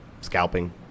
scalping